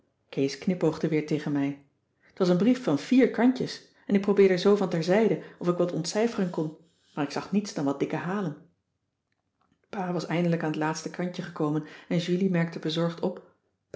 kees knipoogde weer tegen mij het was een brief van vier kantjes en ik probeerde zoo van ter zijde of ik wat ontcijferen kon maar ik zag niets dan wat dikke halen pa was eindelijk aan het laatste kantje gekomen en julie merkte bezorgd op